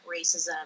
racism